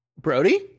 Brody